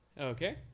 Okay